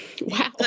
wow